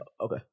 okay